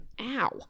Ow